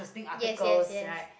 yes yes yes